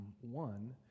One